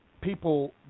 People